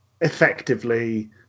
effectively